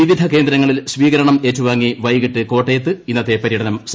വിവിധ കേന്ദ്രങ്ങളിൽ സ്വീകരണം ഏറ്റുവാങ്ങി വൈകിട്ട് കോട്ടയത്ത് ഇന്നത്തെ പര്യടനം സമാപിക്കും